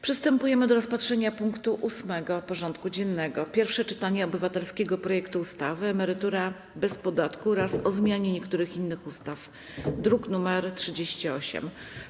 Przystępujemy do rozpatrzenia punktu 8. porządku dziennego: Pierwsze czytanie obywatelskiego projektu ustawy Emerytura bez podatku oraz o zmianie niektórych innych ustaw (druk nr 38)